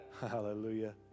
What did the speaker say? Hallelujah